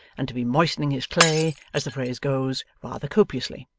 and to be moistening his clay, as the phrase goes, rather copiously.